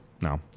No